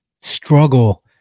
struggle